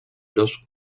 los